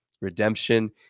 redemption